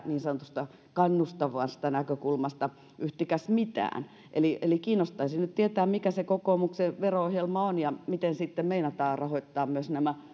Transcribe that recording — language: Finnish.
niin sanotusta kannustavasta näkökulmasta yhtikäs mitään eli eli kiinnostaisi nyt tietää mikä se kokoomuksen vero ohjelma on ja miten sitten meinataan rahoittaa myös nämä